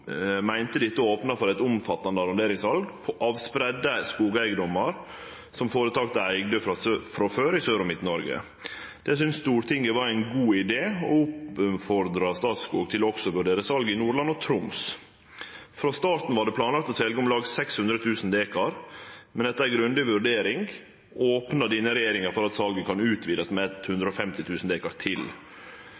meinte dette opna for eit omfattande arronderingssal av spreidde skogeigedomar som føretaket eigde frå før, i Sør- og Midt-Noreg. Det syntest Stortinget var ein god idé, og dei oppfordra Statskog til også å vurdere sal i Nordland og Troms. Frå starten var det planlagt å selje om lag 600 000 dekar, men etter ei grundig vurdering opna denne regjeringa for at salet kunne utvidast med